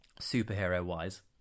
Superhero-wise